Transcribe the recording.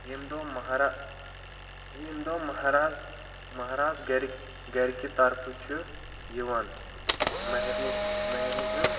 ییٚمہِ دۄہ ماہرا ییٚمہِ دۄہ ماہراز ماہراز گھرِکۍ گھرکہِ طرفہِ چھُ یوان ماہرنہِ ماہرنہِ ہنٛد